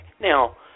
Now